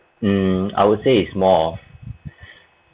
um I would say it's more of